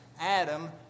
Adam